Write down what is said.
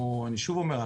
אני שוב אומר,